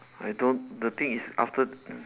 I don't the thing is after